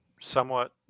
somewhat